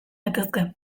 daitezke